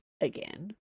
again